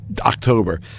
October